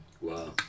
Wow